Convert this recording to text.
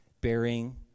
bearing